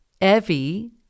Evie